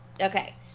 Okay